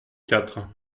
quatre